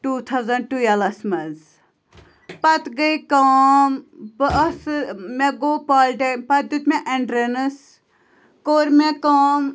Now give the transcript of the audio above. two thousand twelve منٛز پَتہٕ گٔے کٲم بہٕ ٲسہٕ مےٚ گوٚو پالٹےٚ پَتہٕ دیُت مےٚ اٮ۪نٹرٛٮ۪نٕس کوٚر مےٚ کٲم